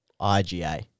IGA